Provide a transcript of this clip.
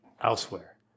elsewhere